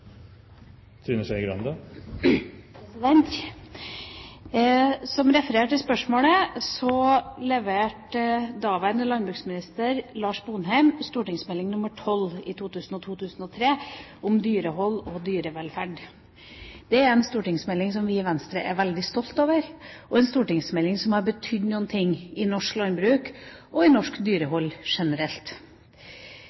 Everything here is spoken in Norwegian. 3 avsluttet. Som referert i spørsmålet leverte daværende landbruksminister Lars Sponheim St.meld. nr. 12 for 2002–2003, Om dyrehold og dyrevelferd. Det er en stortingsmelding vi i Venstre er veldig stolte av, og en stortingsmelding som har betydd noe i norsk landbruk og i norsk